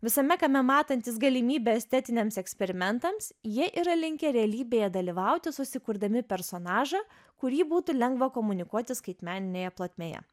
visame kame matantys galimybę estetiniams eksperimentams jie yra linkę realybėje dalyvauti susikurdami personažą kurį būtų lengva komunikuoti skaitmeninėje plotmėje